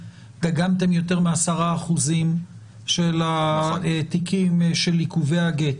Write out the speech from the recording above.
דגמתם יותר מ-10% מהתיקים של עיכובי הגט.